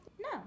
No